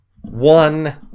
one